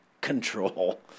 control